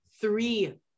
three